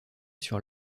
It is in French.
sur